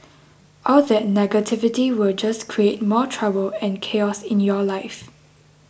all that negativity will just create more trouble and chaos in your life